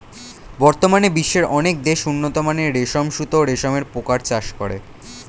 বর্তমানে বিশ্বের অনেক দেশ উন্নতমানের রেশম সুতা ও রেশম পোকার চাষ করে